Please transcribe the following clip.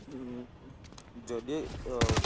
যদি